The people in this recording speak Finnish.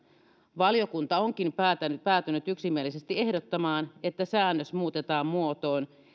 valiokunta onkin päätynyt päätynyt yksimielisesti ehdottamaan että säännös muutetaan muotoon